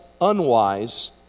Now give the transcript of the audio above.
unwise